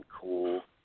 cool